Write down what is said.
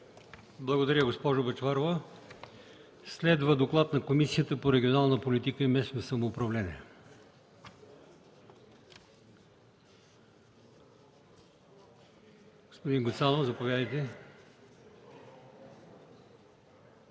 Благодаря, госпожо Бъчварова. Следва доклад на Комисията по регионална политика и местно самоуправление. Господин Гуцанов, заповядайте.